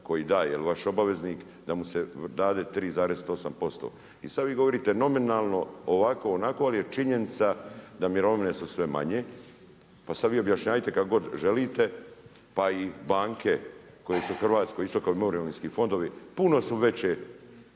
koji daje jel vaš obveznik da mu se dade 3,8%. i sada vi govorite nominalno ovako onako, ali činjenica da su mirovine sve manje pa sada vi objašnjajite kako god želite, pa i banke koje su u Hrvatskoj isto kao i mirovinski fondovi puno su veće